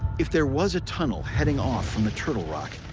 if there was a tunnel heading off from the turtle rock,